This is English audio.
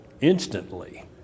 instantly